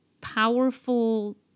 powerful